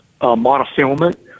monofilament